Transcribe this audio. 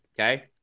Okay